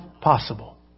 possible